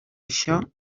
això